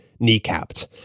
kneecapped